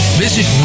visit